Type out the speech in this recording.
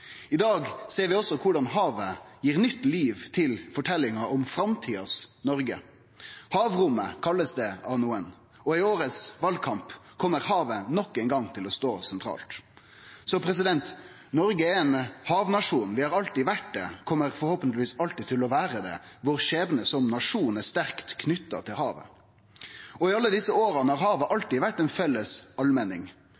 I dag ser vi også korleis havet gir nytt liv til forteljinga om Noreg i framtida. «Havrommet» blir det kalla av nokre, og i valkampen i år kjem havet nok ein gong til å stå sentralt. Noreg er ein havnasjon, vi har alltid vore det og kjem forhåpentlegvis alltid til å vere det. Vår skjebne som nasjon er sterkt knytt til havet. I alle desse åra har havet